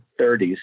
30s